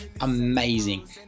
Amazing